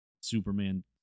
Superman